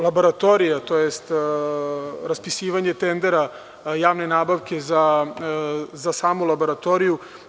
Laboratorija, tj. raspisivanje tendera javne nabavke za samu laboratoriju.